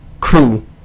crew